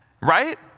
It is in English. Right